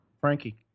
Frankie